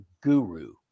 guru